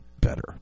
better